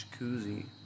jacuzzi